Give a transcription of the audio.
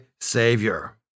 Savior